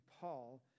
Paul